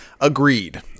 Agreed